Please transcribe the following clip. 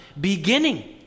beginning